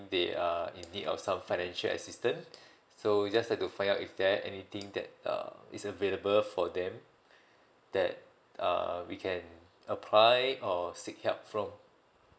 they are in need of some financial assistance so just have to find out if there anything that uh is available for them that uh we can apply or seek help from